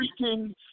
freaking